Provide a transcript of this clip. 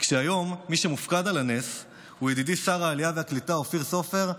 והיום מי שמופקד על הנס הוא ידידי שר העלייה והקליטה אופיר סופר,